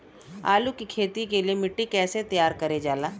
आलू की खेती के लिए मिट्टी कैसे तैयार करें जाला?